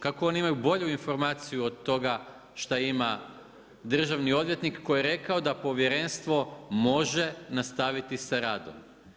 Kako oni imaju bolju informaciju od toga što ima državni odvjetnik, koji je rekao da povjerenstvo može nastaviti sa radom.